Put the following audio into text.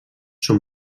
són